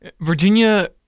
Virginia